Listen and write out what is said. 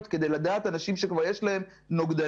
כדי לדעת על אנשים שכבר יש להם נוגדנים,